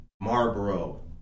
Marlboro